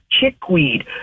chickweed